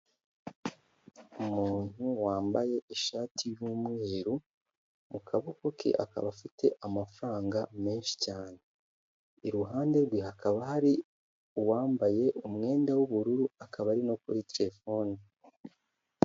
Umuntu wambaye ishati y'umweru mu kaboko ke akaba afite amafaranga menshi cyane, iruhande rwe hakaba hari uwambaye umwenda w'ubururu akaba ari no kuri telefone.